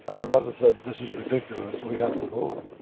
ah my mother said, this is ridiculous we have to move.